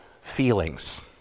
feelings